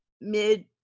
mid